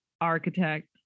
architect